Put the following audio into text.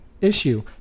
issue